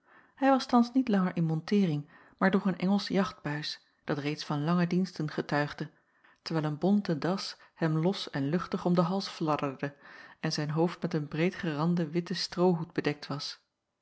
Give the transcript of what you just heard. hij was thans niet langer in monteering maar droeg een engelsch jachtbuis dat reeds van lange diensten getuigde terwijl een bonte das hem los en luchtig om den hals fladderde en zijn hoofd met een breedgeranden witten stroohoed bedekt was